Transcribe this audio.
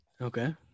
okay